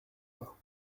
pas